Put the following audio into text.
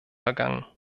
vergangen